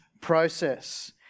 process